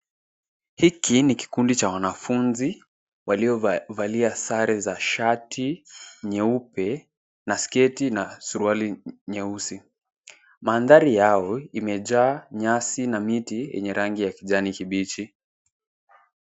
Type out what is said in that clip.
Hiki ni kikundi cha wanafunzi waliovalia sare za shati nyeupe na sketi na suruali nyeusi. Mandhari yao imejaa nyasi na miti yenye rangi ya kijani kibichi.